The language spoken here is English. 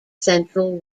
central